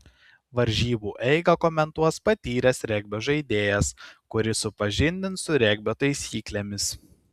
varžybų eigą komentuos patyręs regbio žaidėjas kuris supažindins su regbio taisyklėmis